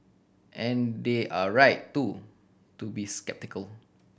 and they're right too to be sceptical